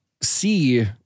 see